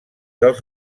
dels